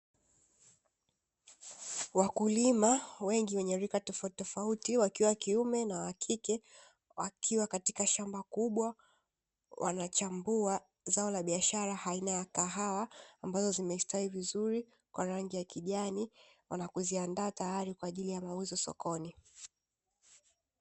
Wakulima wengi wenye rika tofautitofauti wakiwa wakiume na wakike wakiwa katika shamba kubwa, wanachambua zao la biashara aina ya kahawa ambazo zimestawi vizuri kwa rangi ya kijani. Na kuziandaa tayari kwa ajili ya mauzo sokoni.